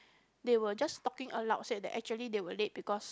they were just talking aloud said that actually they were late because